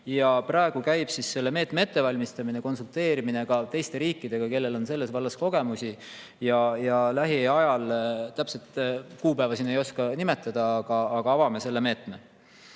Ja praegu käib selle meetme ettevalmistamine, konsulteerimine ka teiste riikidega, kellel on selles vallas kogemusi. Lähiajal, täpset kuupäeva siin ei oska nimetada, avame selle meetme.